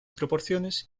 proporciones